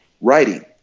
writing